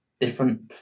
different